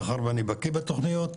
מאחר ואני בקיא בתוכניות,